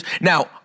Now